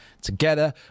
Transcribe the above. together